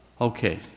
Okay